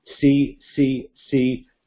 C-C-C